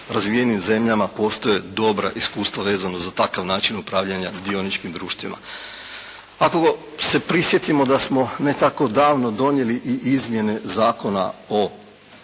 razvijenim zemljama postoje dobra iskustva vezano za takav način upravljanja dioničkim društvima. Ako se prisjetimo da smo ne tako davno donijeli i izmjene zakona o